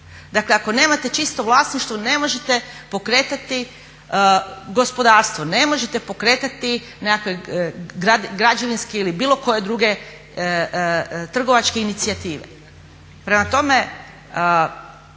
Dakle ako nemate čisto vlasništvo ne možete pokretati gospodarstvo, ne možete pokretati građevinske ili bilo koje druge trgovačke inicijative. Prema tome,